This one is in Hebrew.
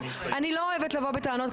אני לא אוהבת לבוא בטענות,